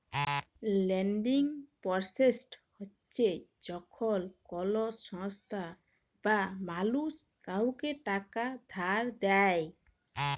lending process হছে যখল কল সংস্থা বা মালুস কাউকে টাকা ধার দেঁই